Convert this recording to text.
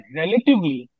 relatively